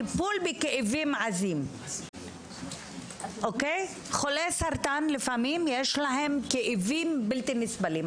טיפול בכאבים עזים לחולי סרטן יש לפעמים כאבים בלתי נסבלים.